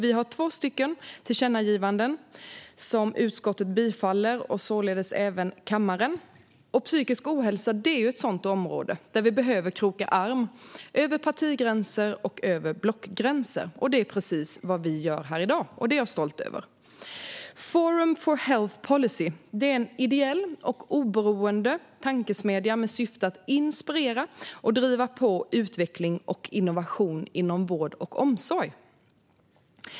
Vi har två tillkännagivanden som utskottet tillstyrker och som kammaren således bifaller. Psykisk ohälsa är ett område där vi behöver kroka arm över partigränser och blockgränser. Detta är precis vad vi gör här i dag, och det är jag stolt över. Forum for Health Policy är en ideell, oberoende tankesmedja som har som syfte att inspirera och driva på utveckling och innovation inom vård och omsorg.